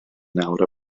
nawr